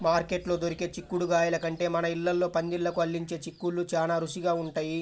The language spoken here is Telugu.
మార్కెట్లో దొరికే చిక్కుడుగాయల కంటే మన ఇళ్ళల్లో పందిళ్ళకు అల్లించే చిక్కుళ్ళు చానా రుచిగా ఉంటయ్